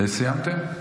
סיימתם?